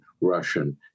Russian